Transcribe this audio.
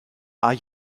are